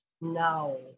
now